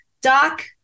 Doc